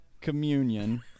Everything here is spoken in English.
communion